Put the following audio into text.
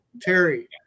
Terry